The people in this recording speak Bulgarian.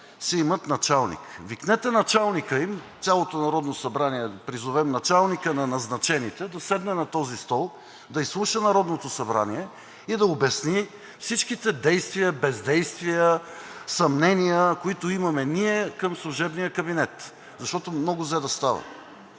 си имат началник. Викнете началника им, цялото Народно събрание да призовем началника на назначените, да седне на този стол, да изслуша Народното събрание и да обясним всичките действия, бездействия, съмнения, които имаме ние към служебния кабинет, защото много взе да става.